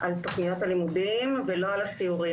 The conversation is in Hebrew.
על תכניות הלימודים ולא על הסיורים.